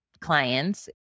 clients